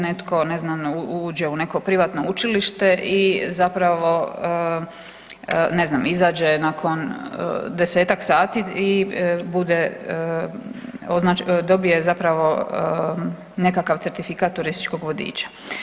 Netko ne znam uđe u neko privatno učilište i zapravo ne znam izađe nakon desetak sati i bude, dobije nekakav certifikat turističkog vodiča.